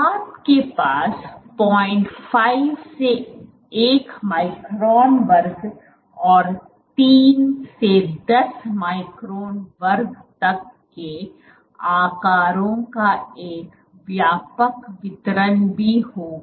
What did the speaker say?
आपके पास 05 से 1 माइक्रोन वर्ग और 3 से 10 माइक्रोन वर्ग तक के आकारों का एक व्यापक वितरण भी होगा